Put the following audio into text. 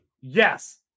Yes